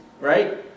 right